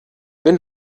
wenn